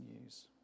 news